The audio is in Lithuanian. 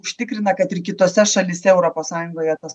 užtikrina kad ir kitose šalyse europos sąjungoje tas